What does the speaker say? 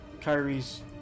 Kyrie's